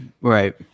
Right